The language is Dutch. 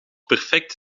perfect